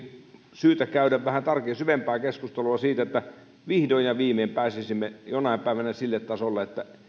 syytä käydä vähän syvempää keskustelua siitä että vihdoin ja viimein pääsisimme jonain päivänä sille tasolle että